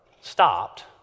stopped